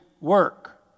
work